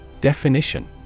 Definition